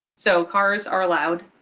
so cars are allowed.